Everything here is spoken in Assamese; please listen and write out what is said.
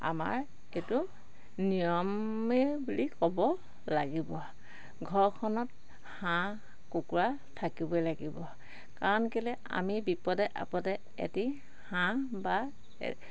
আমাৰ এইটো নিয়মে বুলি ক'ব লাগিব ঘৰখনত হাঁহ কুকুৰা থাকিবই লাগিব কাৰণ কেলে আমি বিপদে আপদে এটি হাঁহ বা